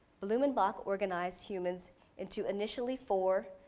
blumenbach organized humans into initially four,